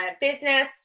business